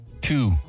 two